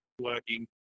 working